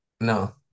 No